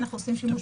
אנחנו עושים שימוש.